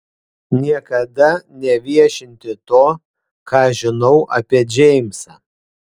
niekada neviešinti to ką žinau apie džeimsą